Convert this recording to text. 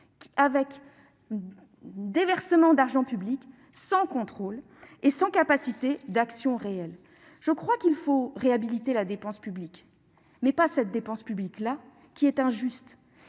avec des versements d'argent public, sans contrôle et sans capacité d'action réelle. Il faut réhabiliter la dépense publique, mais non pas cette dépense-ci, qui est injuste.